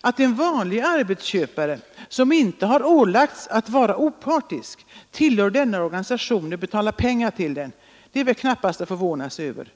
Att en vanlig arbetsköpare, som inte ålagts vara opartisk, tillhör denna organisation och betalar pengar till den är väl knappast att förvånas över.